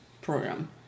program